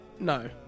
no